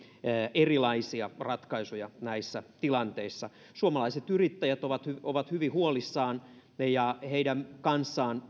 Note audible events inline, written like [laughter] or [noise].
erilaisia ratkaisuja näissä tilanteissa suomalaiset yrittäjät ovat ovat hyvin huolissaan ja heidän kanssaan [unintelligible]